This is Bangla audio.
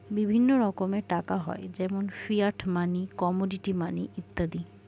বিভিন্ন রকমের টাকা হয় যেমন ফিয়াট মানি, কমোডিটি মানি ইত্যাদি